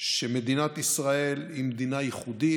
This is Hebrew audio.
שמדינת ישראל היא מדינה ייחודית.